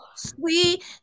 Sweet